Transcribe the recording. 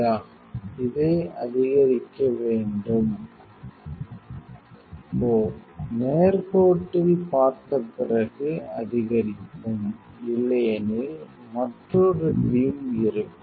யா இதை அதிகரிக்க எப்படி வேண்டும் ஓ நேர்கோட்டில் பார்த்த பிறகு அதிகரிக்கும் இல்லையெனில் மற்றொரு பீம் இருக்கும்